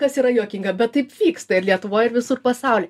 kas yra juokinga bet taip vyksta ir lietuvoj ir visur pasauly